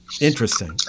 Interesting